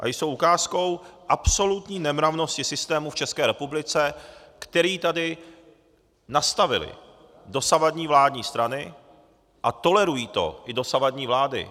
Jsou ukázkou absolutní nemravnosti systému v České republice, který tady nastavily dosavadní vládní strany, a tolerují to i dosavadní vlády.